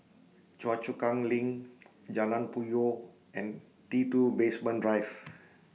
Choa Chu Kang LINK Jalan Puyoh and T two Basement Drive